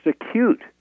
acute